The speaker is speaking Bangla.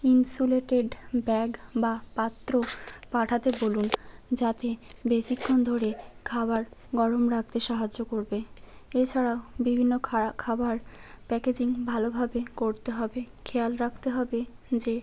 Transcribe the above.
ইন্সুলেটেড ব্যাগ বা পাত্র পাঠাতে বলুন যাতে বেশিক্ষণ ধরে খাওয়ার গরম রাখতে সাহায্য করবে এছাড়াও বিভিন্ন খাবার প্যাকেজিং ভালোভাবে করতে হবে খেয়াল রাখতে হবে যে